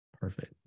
Perfect